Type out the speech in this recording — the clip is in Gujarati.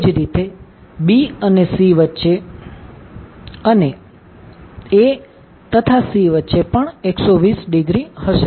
એ જ રીતે B અને C વચ્ચે અને A અને C વચ્ચે પણ 120 ડિગ્રી હશે